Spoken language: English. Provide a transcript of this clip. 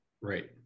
Right